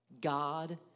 God